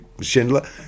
Schindler